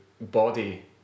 body